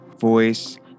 voice